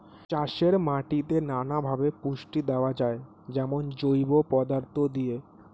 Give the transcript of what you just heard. চাষের মাটিতে নানা ভাবে পুষ্টি দেওয়া যায়, যেমন জৈব পদার্থ দিয়ে